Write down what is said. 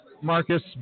Marcus